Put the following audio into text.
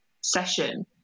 session